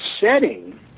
setting